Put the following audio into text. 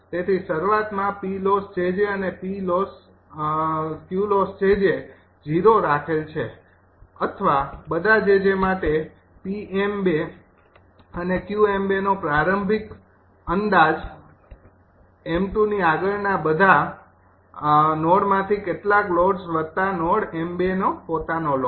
તેથી શરૂઆતમાં અને 0 રાખેલ છે અથવા બધા 𝑗𝑗 માટે અને નો પ્રારંભિક અંદાજ નોડ 𝑚૨ની આગળના બધા નોડમાંથી કેટલાક લોડ્સ વત્તા નોડ 𝑚૨ નો પોતાનો લોડ